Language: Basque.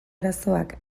arazoak